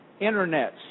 internets